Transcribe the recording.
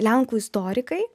lenkų istorikai